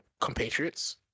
compatriots